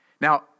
Now